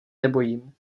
nebojím